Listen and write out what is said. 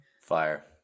Fire